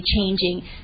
changing